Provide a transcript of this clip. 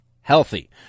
healthy